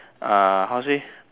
uh how to say